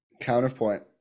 Counterpoint